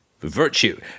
virtue